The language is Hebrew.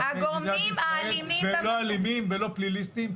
--- הגורמים האלימים --- הם לא אלימים ולא פליליסטיים.